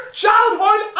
childhood